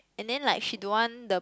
and then like she don't want the